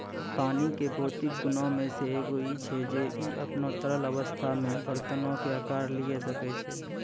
पानी के भौतिक गुणो मे से एगो इ छै जे इ अपनो तरल अवस्था मे बरतनो के अकार लिये सकै छै